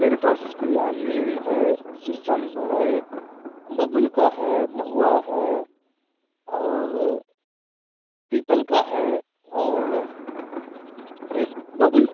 मेरे पास भैया नीम है शीशम है बबूल का है महुआ है और पीपल का है और एक बबूल